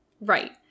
Right